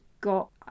got